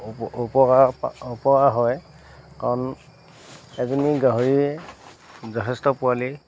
উপকাৰ উপকাৰ হয় কাৰণ এজনী গাহৰিয়ে যথেষ্ট পোৱালী